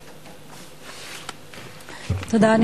תודה.